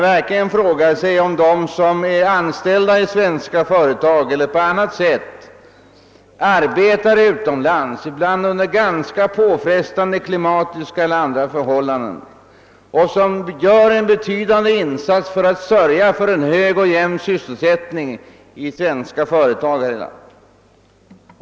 Det finns människor som är anställda i svenska företag eller på annat sätt arbetar utomlands — ibland under påfrestande klimatiska eller andra förhållanden — och gör betydande insatser för att sörja för en hög och jämn sysselsättning här i landet.